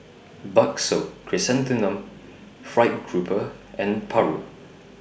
Bakso Chrysanthemum Fried Grouper and Paru